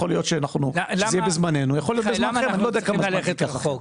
יכול להיות שזה יהיה בזמננו ויכול להיות שזה יהיה בזמן אחר.